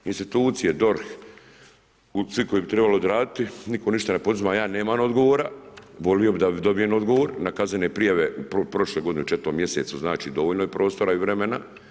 Institucije, DORH, svi koji bi trebali odraditi, nitko ništa ne poduzima, ja nemam odgovora, volio bi da dobijem odgovor na kaznene prijave prošle godine u 4. mjesecu, znači dovoljno je prostora i vremena.